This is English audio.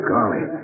Golly